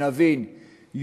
שנבין,